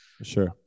Sure